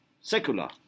secular